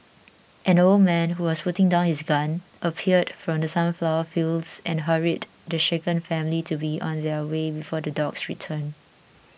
an old man who was putting down his gun appeared from the sunflower fields and hurried the shaken family to be on their way before the dogs return